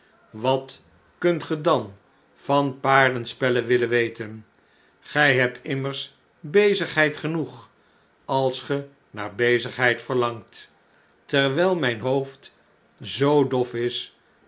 wat kunt ge dan van paardenspellen willen weten gij hebt immersbezigheid genoeg als ge naar bezigheid verlangt terwijl mijn hoofd zoo dof is